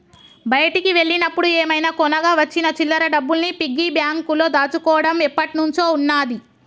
బయటికి వెళ్ళినప్పుడు ఏమైనా కొనగా వచ్చిన చిల్లర డబ్బుల్ని పిగ్గీ బ్యాంకులో దాచుకోడం ఎప్పట్నుంచో ఉన్నాది